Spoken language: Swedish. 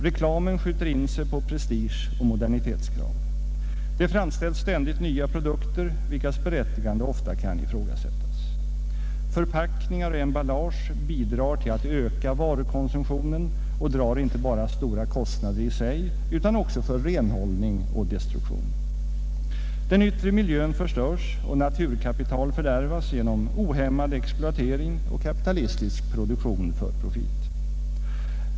Reklamen skjuter in sig på prestigeoch modernitetskrav. Det framställs ständigt nya produkter vilkas berättigande ofta kan ifrågasättas. Förpackningar och emballage bidrar till att öka varukonsumtionen och drar inte bara stora kostnader i sig utan också för renhållning och destruktion. Den yttre miljön förstörs och naturkapital fördärvas genom ohämmad exploatering och kapitalistisk produktion för profit.